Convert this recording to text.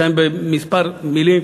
אסיים בכמה מילים,